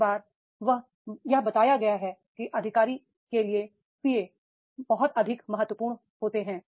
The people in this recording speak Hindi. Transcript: कई बार यह बताया गया है कि अधिकारी के लिए पीए अधिकारी से अधिक महत्वपूर्ण है